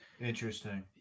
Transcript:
Interesting